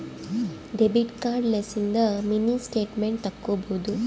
debit card ಲಿಸಿಂದ mini statement ತಕ್ಕೊಬೊದು